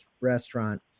restaurant